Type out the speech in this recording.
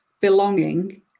belonging